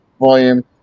volume